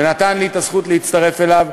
ונתן לי את הזכות להצטרף אליו.